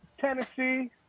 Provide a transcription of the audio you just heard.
Tennessee